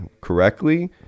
correctly